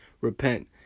repent